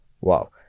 wow